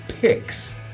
picks